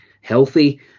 healthy